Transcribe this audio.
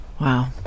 Wow